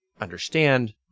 understand